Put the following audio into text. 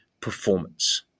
performance